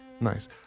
Nice